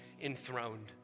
enthroned